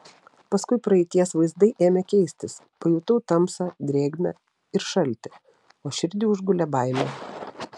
paskui praeities vaizdai ėmė keistis pajutau tamsą drėgmę ir šaltį o širdį užgulė baimė